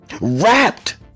Wrapped